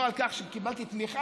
לא על כך שקיבלתי תמיכה,